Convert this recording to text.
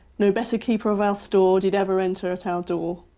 no better keeper of our store did ever enter at our door.